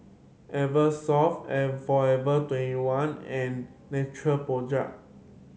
Eversoft Forever Twenty one and Natural Project